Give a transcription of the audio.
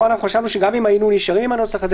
פה חשבנו שגם אם היינו נשארים עם הנוסח הזה,